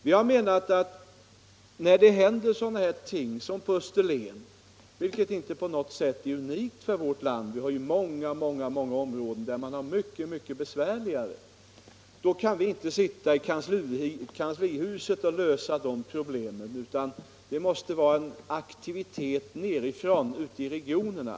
Vi har menat att när det händer sådana ting som på Österlen — vilket inte på något sätt är unikt för vårt land; det finns många områden där man har det mycket besvärligare — kan vi inte sitta i kanslihuset och lösa problemen. Det måste vara en aktivitet nerifrån, ute i regionerna.